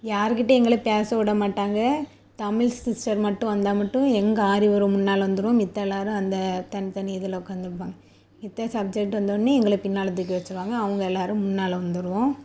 யாருகிட்ட எங்களை பேச விட மாட்டாங்க தமிழ் சிஸ்டர் மட்டும் வந்தால் மட்டும் எங்கள் ஆறு பேரும் முன்னால் வந்துடுவோம் மத்த எல்லோரும் அந்த தனித்தனி இதில் உட்காந்துருப்பாங்க மத்த சப்ஜெக்ட் வந்தோடனே எங்களை பின்னால் தூக்கி வச்சிருவாங்க அவங்க எல்லோரும் முன்னால் வந்துடுவோம்